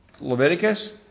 Leviticus